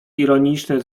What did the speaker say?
ironicznie